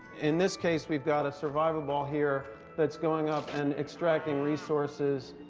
in this case, we've got a survivaball here that's going up and extracting resources,